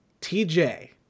tj